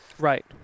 Right